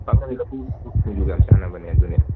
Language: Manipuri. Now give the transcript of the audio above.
ꯄꯥꯛꯅꯝ ꯂꯐꯨ ꯁꯤꯡꯖꯨꯒ ꯌꯥꯝꯅ ꯆꯥꯅꯕꯅꯦ ꯑꯗꯨꯅꯦ